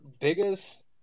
biggest